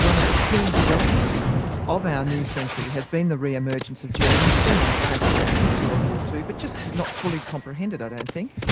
one of the key developments of our new century has been the re-emergence of germany. it's been underway of course since world war ii but just not fully comprehended i don't and think.